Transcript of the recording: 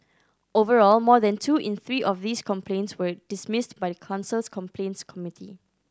overall more than two in three of these complaints were dismissed by the council's complaints committee